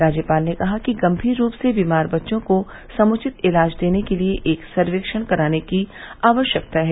राज्यपाल ने कहा कि गम्मीर रूप से बीमार बच्चों को समुचित इलाज देने के लिए एक सर्वेक्षण कराने की आवश्कता है